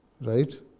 right